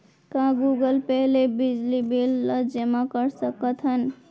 का Google pay ले बिजली बिल ल जेमा कर सकथन?